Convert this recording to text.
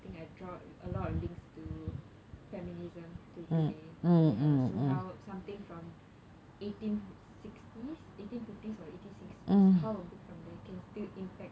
I draw a lot of links to feminism till today ya so how something from eighteen sixties eighteen fifties or eighteen sixties how a book from then can still impact